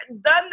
done